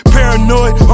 Paranoid